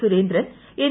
Surendran N